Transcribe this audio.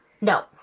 No